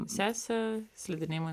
sesė slidinėjimo